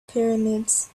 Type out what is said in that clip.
pyramids